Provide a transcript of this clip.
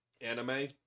anime